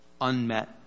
unmet